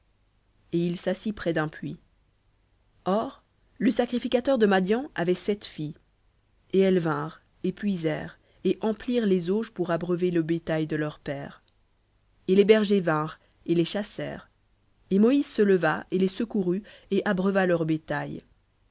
et il s'assit près d'un puits or le sacrificateur de madian avait sept filles et elles vinrent et puisèrent et emplirent les auges pour abreuver le bétail de leur père et les bergers vinrent et les chassèrent et moïse se leva et les secourut et abreuva leur bétail